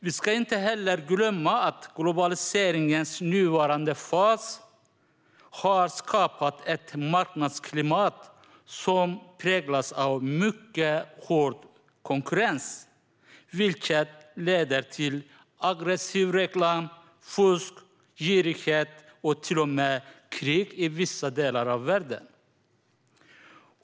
Vi ska inte heller glömma att globaliseringens nuvarande fas har skapat ett marknadsklimat som präglas av mycket hård konkurrens, vilket leder till aggressiv reklam, fusk, girighet och till och med krig i vissa delar av världen.